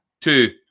Two